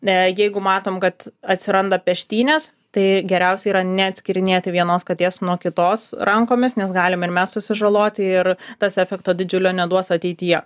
ne jeigu matom kad atsiranda peštynės tai geriausia yra ne atskyrinėti vienos katės nuo kitos rankomis nes galim ir mes susižaloti ir tas efekto didžiulio neduos ateityje